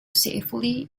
safely